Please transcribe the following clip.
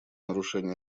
нарушения